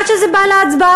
עד שזה בא להצבעה,